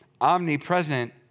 omnipresent